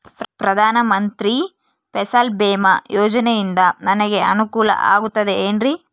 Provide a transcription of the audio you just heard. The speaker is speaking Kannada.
ಪ್ರಧಾನ ಮಂತ್ರಿ ಫಸಲ್ ಭೇಮಾ ಯೋಜನೆಯಿಂದ ನನಗೆ ಅನುಕೂಲ ಆಗುತ್ತದೆ ಎನ್ರಿ?